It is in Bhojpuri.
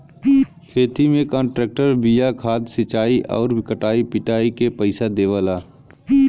खेती में कांट्रेक्टर बिया खाद सिंचाई आउर कटाई पिटाई के पइसा देवला